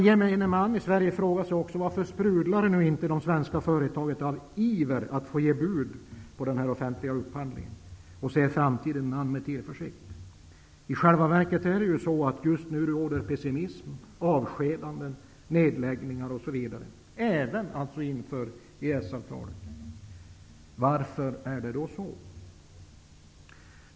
Gemene man i Sverige frågar sig naturligtvis varför de svenska företagen inte sprudlar av iver att få ge bud på denna offentliga upphandling och varför de inte ser framtiden an med tillförsikt. I själva verket råder nu pessimism. Vad som nu gäller är avskedanden och nedläggningar, alltså även inför EES-avtalet. Varför är det så?